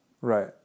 Right